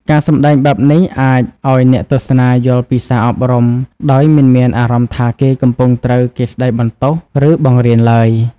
ការសម្ដែងបែបនេះអាចឲ្យអ្នកទស្សនាយល់ពីសារអប់រំដោយមិនមានអារម្មណ៍ថាគេកំពុងត្រូវគេស្ដីបន្ទោស ឬបង្រៀនឡើយ។